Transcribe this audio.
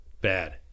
Bad